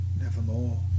Nevermore